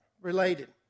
related